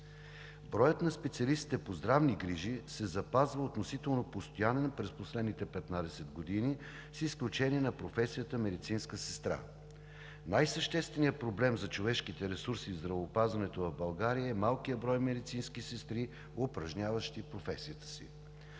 Броят на специалистите по здравни грижи се запазва относително постоянен през последните 15 години, с изключение на професията „медицинска сестра“. Най-същественият проблем за човешките ресурси в здравеопазването в България е малкият брой медицински сестри, упражняващи професията си.